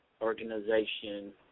organization